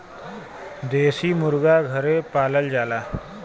देसी मुरगा घरे पालल जाला